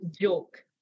joke